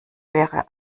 wäre